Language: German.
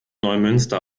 neumünster